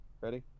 Ready